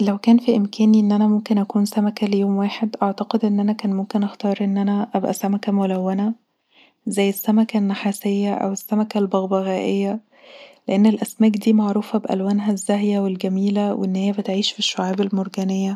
لو كان في امكاني اني اكون سمكة ليوم واحد اعتقد ان انا كان ممكن اختار ان انا ابقي سمكة ملونه زي السمكة النحاسيه او السمكه البغبغائيه لان الاسماك دي معروفه بألوانها الزاهية والجميله وانها بتعيش في الشعاب المرجانيه